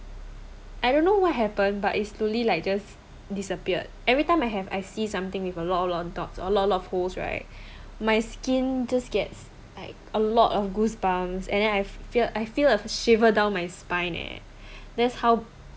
I don't know what happened but it's slowly like just disappeared every time I have I see something with a lot a lot of dots a lot a lot of holes right my skin just gets like a lot of goosebumps and then I feel I feel a shiver down my spine leh that's how